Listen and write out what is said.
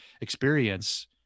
experience